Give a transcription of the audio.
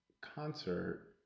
concert